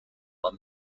but